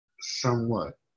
Somewhat